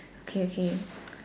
okay okay